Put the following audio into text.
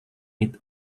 mid